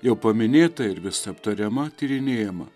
jau paminėta ir vis aptariama tyrinėjama